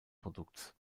produktes